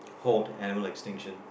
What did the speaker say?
halt animal extinction